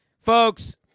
Folks